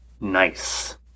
nice